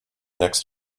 next